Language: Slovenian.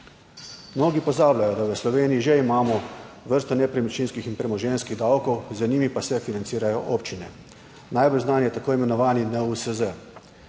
Mnogi pozabljajo, da v Sloveniji že imamo vrsto nepremičninskih in premoženjskih davkov, z njimi pa se financirajo občine. Najbolj znan je tako imenovani NUSZ.